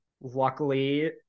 luckily